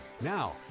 Now